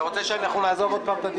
אתה רוצה שנעזוב שוב את הדיון?